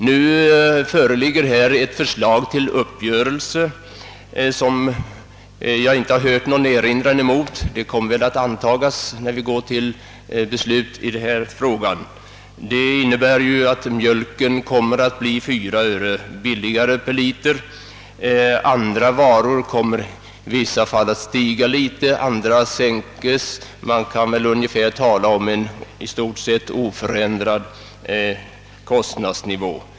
Nu före ligger ett förslag till uppgörelse som jag inte hört någon erinran mot, och det kommer väl också att antas när vi går till beslut i frågan. Förslaget innebär att mjölken kommer att bli fyra öre billigare per liter, vissa andra varor däremot kommer att stiga något i pris och beträffande andra kommer priset att sänkas. Man kan väl i stort sett tala om en oförändrad kostnadsnivå.